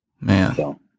Man